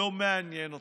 לא מעניין אתכם.